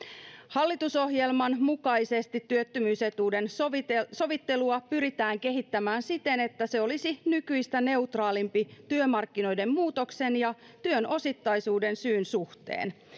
hallitusohjelman mukaisesti työttömyysetuuden sovittelua sovittelua pyritään kehittämään siten että se olisi nykyistä neutraalimpi työmarkkinoiden muutoksen ja työn osittaisuuden syyn suhteen